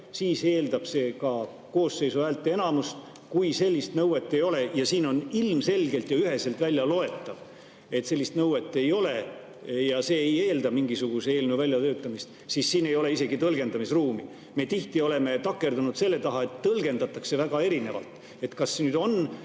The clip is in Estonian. siis eeldab see ka koosseisu häälteenamust. Kui sellist nõuet ei ole – ja siin on ilmselgelt ja üheselt väljaloetav, et sellist nõuet ei ole ja see ei eelda mingisuguse eelnõu väljatöötamist –, siis siin ei ole isegi tõlgendamisruumi. Me tihti oleme takerdunud selle taha, et tõlgendatakse väga erinevalt, et kas nüüd on